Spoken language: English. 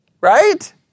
Right